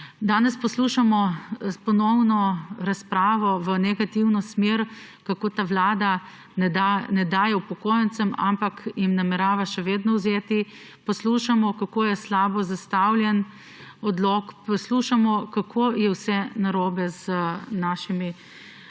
Danes ponovno poslušamo razpravo v negativno smer, kako ta vlada ne daje upokojencem, ampak jim namerava še vedno vzeti. Poslušamo, kako je slabo zastavljen odlok, poslušamo, kako je vse narobe z našimi